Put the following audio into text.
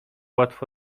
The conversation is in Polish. łatwo